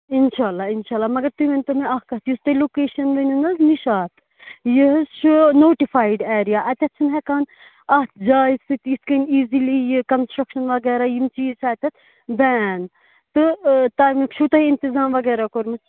اِنشاء اللہ اِنشاء اللہ مگر تُہۍ ؤنۍتو مےٚ اَکھ کَتھ یُس تۄہہِ لوکیشَن ؤنِو نہٕ حظ نِشاط یہِ حظ چھِ نوٹِفایِڈ ایرِیا اَتٮ۪تھ چھِنہٕ ہٮ۪کان اَتھ جایہِ سۭتۍ یِتھ کٔنۍ ایٖزِلی یہِ کنٛسٹرٛکشَن وغیرہ یِم چیٖز چھِ اَتٮ۪تھ بین تہٕ تَمیُک چھُو تۄہہِ اِنتِظام وغیرہ کوٚرمُت